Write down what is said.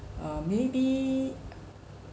um maybe